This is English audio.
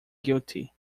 guilty